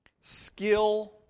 skill